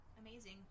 amazing